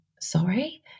sorry